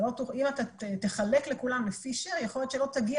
אם תחלק לכולם לפי share יכול להיות שלא תגיע